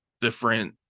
different